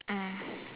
mm